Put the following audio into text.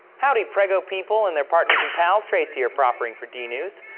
howdy preggo people and their partners and pals, trace here proffering for dnews.